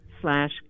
slash